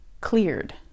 cleared